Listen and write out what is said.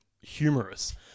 humorous